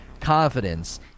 confidence